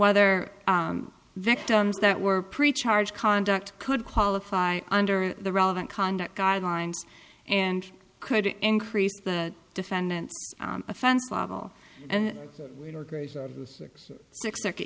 whether victims that were pre charge conduct could qualify under the relevant conduct guidelines and could increase the defendant's offense level and six six